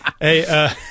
Hey